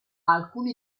alcuni